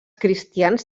cristians